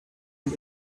him